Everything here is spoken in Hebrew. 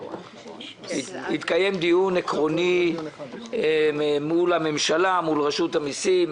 התקיים דיון עקרוני מול הממשלה, מול רשות המיסים.